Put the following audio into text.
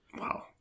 Wow